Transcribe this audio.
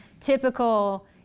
typical